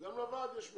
גם לוועד יש משימה.